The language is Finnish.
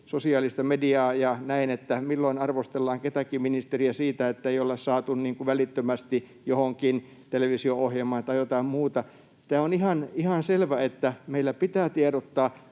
sosiaalista mediaa ja näin, milloin arvostellaan ketäkin ministeriä siitä, ettei olla saatu välittömästi johonkin televisio-ohjelmaan, tai jostain muusta. Tämä on ihan selvä, että pitää tiedottaa,